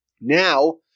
Now